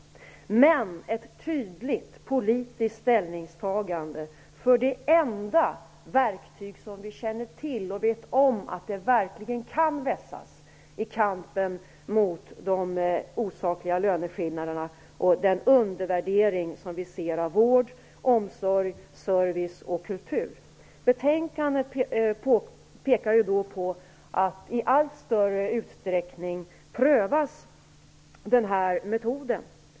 Däremot vill jag ha ett tydligt politiskt ställningstagande för det enda verktyg som vi känner till och vet verkligen kan vässas i kampen mot de osakliga löneskillnaderna och den undervärdering som vi ser av vård, omsorg, service och kultur. I betänkandet pekas det på att man i allt större utsträckning prövar denna metod.